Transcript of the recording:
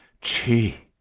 chee!